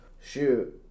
shoot